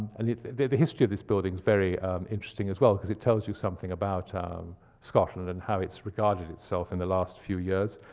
and the the history of this building is very interesting as well, because it tells you something about um scotland and how it's regarded itself in the last few years.